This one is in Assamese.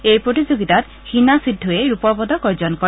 এই প্ৰতিযোগিতাত হীনা সিদ্ধুৱে ৰূপৰ পদক অৰ্জন কৰে